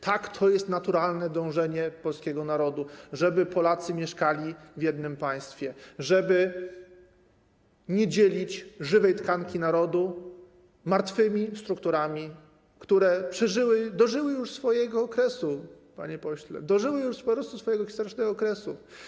Tak, to jest naturalne dążenie polskiego narodu: żeby Polacy mieszkali w jednym państwie, żeby nie dzielić żywej tkanki narodu martwymi strukturami, które przeżyły, dożyły już swojego kresu, panie pośle, dożyły już po prostu swojego historycznego kresu.